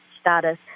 status